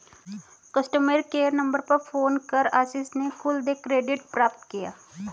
customer care number पर phone कर आशीष ने कुल देय क्रेडिट प्राप्त किया